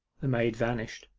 the maid vanished.